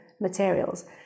materials